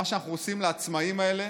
מה שאנחנו עושים לעצמאים האלה,